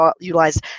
utilized